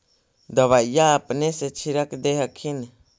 दबइया अपने से छीरक दे हखिन?